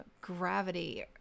gravity